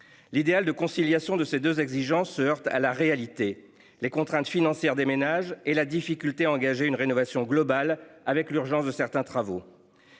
l'idéal de conciliation de ces 2 exigences heurte à la réalité. Les contraintes financières des ménages et la difficulté engager une rénovation globale avec l'urgence de certains travaux.